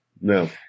No